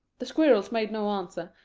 the squirrels made no answer,